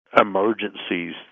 emergencies